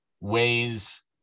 ways